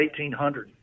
1,800